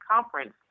conference